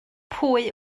pwy